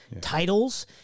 titles